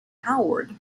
howard